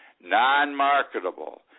Non-marketable